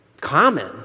common